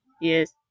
Yes